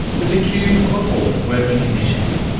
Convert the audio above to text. was accused of appalling working conditions.